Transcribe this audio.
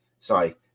sorry